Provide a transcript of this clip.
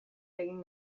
egin